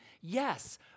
Yes